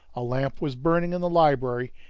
a lamp was burning in the library,